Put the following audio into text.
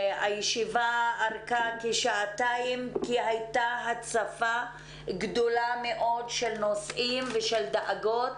הישיבה ארכה כשעתיים כי היתה הצפה גדולה מאוד של נושאים ושל דאגות.